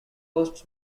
boasts